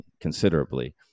considerably